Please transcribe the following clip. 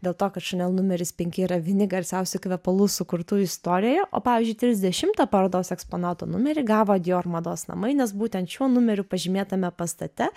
dėl to kad chanel numeris penki yra vieni garsiausių kvepalų sukurtų istorijoje o pavyzdžiui trisdešimtą parodos eksponato numerį gavo dior mados namai nes būtent šiuo numeriu pažymėtame pastate